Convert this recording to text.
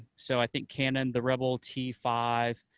so i think canon, the rebel t five,